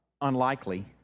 unlikely